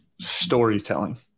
Storytelling